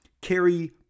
carry